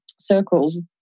circles